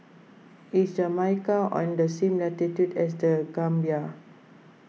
is Jamaica on the same latitude as the Gambia